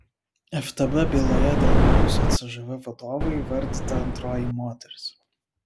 ftb byloje dėl buvusio cžv vadovo įvardyta antroji moteris